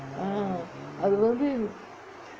ah அது வந்து:athu vanthu